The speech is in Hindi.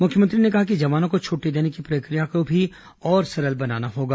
मुख्यमंत्री ने कहा कि जवानों को छुट्टी देने की प्रक्रिया को भी और सरल बनाना होगा